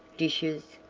dishes,